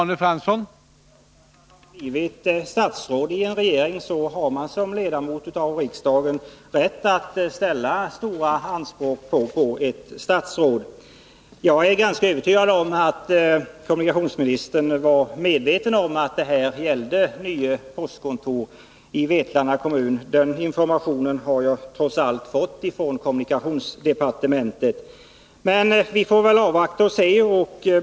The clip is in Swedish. Herr talman! Som ledamot av riksdagen har man rätt att ställa ganska stora anspråk på ett statsråd. Jag är övertygad om att kommunikationsministern var medveten om att frågan gällde Nye postkontor i Vetlanda kommun — den informationen har jag fått från kommunikationsdepartementet. Men vi får väl avvakta en tid.